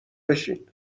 بشین